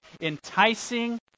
enticing